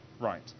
Right